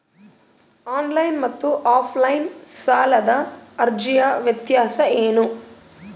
Online ಮತ್ತು offline ಸಾಲದ ಅರ್ಜಿಯ ವ್ಯತ್ಯಾಸ ಏನು?